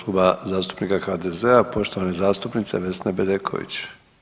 Kluba zastupnika HDZ-a poštovane zastupnice Vesne Bedeković.